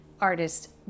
artist